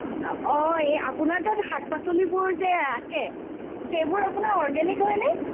অঁ অঁ এই আপোনাৰ তাত শাক পাচলিবোৰ যে আছে সেইবোৰ আপোনাৰ অৰ্গেনিক হয় নে